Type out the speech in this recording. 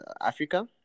Africa